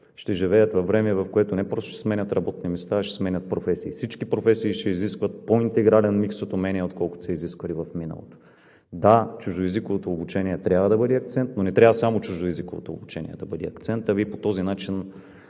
ще живеят във време, в което не просто ще сменят работни места, а ще сменят професии. Всички професии ще изискват по-интегрален микс от умения, отколкото са изисквали в миналото. Да, чуждоезиковото обучение трябва да бъде акцент, но не трябва само чуждоезиковото обучение да бъде акцент, а Вие по този начин